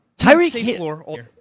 Tyreek